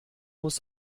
muss